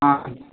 ஆ